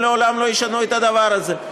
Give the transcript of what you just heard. הם לעולם לא ישנו את הדבר הזה.